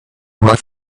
rough